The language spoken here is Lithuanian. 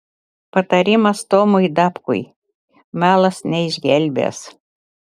patarimas tomui dapkui melas neišgelbės